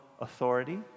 authority